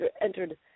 entered